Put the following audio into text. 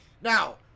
Now